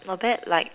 not bad like